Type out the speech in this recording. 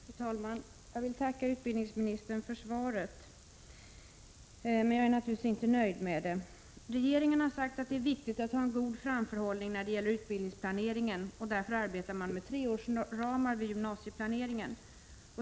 Fru talman! Jag vill tacka utbildningsministern för svaret, men jag är naturligtvis inte nöjd med det. Regeringen har sagt att det är viktigt att ha en god framförhållning när det gäller utbildningsplaneringen. Därför arbetar man med treårsramar vid gymnasieplaneringen.